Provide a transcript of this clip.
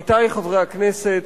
עמיתי חברי הכנסת,